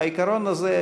העיקרון הזה,